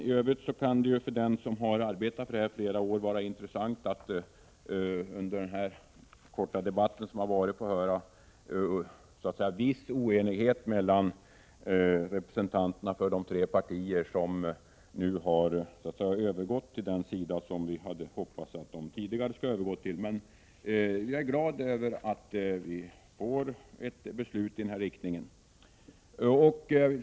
För den som i flera år har arbetat för förbud mot tobaksreklam har det varit intressant att under den här korta debatten kunna notera en viss oenighet mellan representanterna för de tre partier som nu så att säga har övergått till den sida som vi hade hoppats att de långt tidigare skulle ha övergått till. Jag är emellertid glad över att vi nu får ett beslut i rätt riktning.